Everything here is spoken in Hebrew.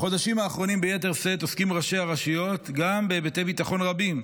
בחודשים האחרונים ביתר שאת עוסקים ראשי הרשויות גם בהיבטי ביטחון רבים,